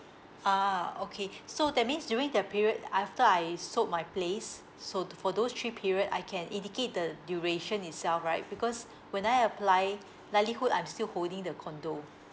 ah okay so that means during that period after I sold my place so for those three period I can indicate the duration itself right because when I apply likelihood I'm still holding the condo